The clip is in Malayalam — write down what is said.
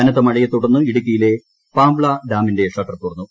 കനത്ത മഴയെ തുടർന്ന് ഇടുക്കിയിലെ പാബ്ല ഡാമിന്റെ ഷട്ടർ തുറന്നു